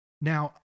Now